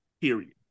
period